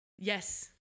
yes